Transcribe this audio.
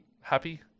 Happy